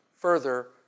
further